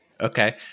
Okay